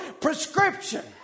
prescription